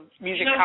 music